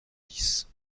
dix